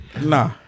Nah